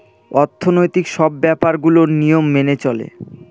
অর্থনৈতিক সব ব্যাপার গুলোর নিয়ম মেনে চলে